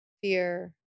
fear